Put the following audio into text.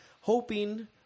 hoping